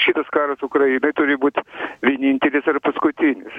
šitas karas ukrainoje turi būti vienintelis ir paskutinis